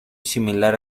similar